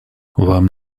вам